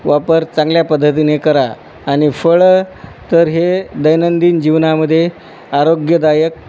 वापर चांगल्या पद्धतीने करा आणि फळं तर हे दैनंदिन जीवनामध्ये आरोग्यदायक